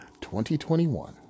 2021